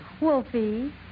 Wolfie